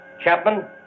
Chapman